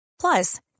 Plus